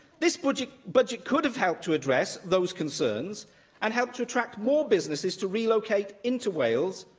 this budget budget could have helped to address those concerns and helped to attract more businesses to relocate into wales,